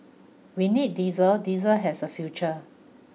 we need diesel diesel has a future